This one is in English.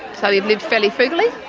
so we've lived fairly frugally.